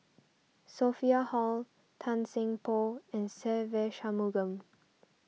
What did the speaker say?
Sophia Hull Tan Seng Poh and Se Ve Shanmugam